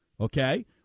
Okay